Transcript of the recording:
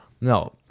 No